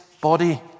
body